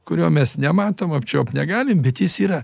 kurio mes nematom apčiuopt negalim bet jis yra